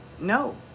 No